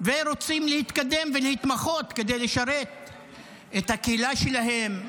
ורוצים להתקדם ולהתמחות כדי לשרת את הקהילה שלהם,